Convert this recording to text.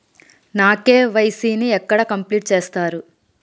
నా కే.వై.సీ ని ఎక్కడ కంప్లీట్ చేస్తరు?